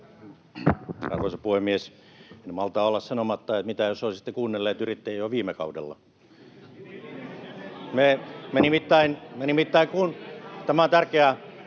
Arvoisa puhemies! En malta olla sanomatta, että mitä jos olisitte kuunnelleet yrittäjiä jo viime kaudella. [Naurua — Välihuutoja